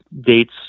dates